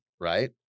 right